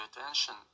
attention